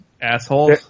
Assholes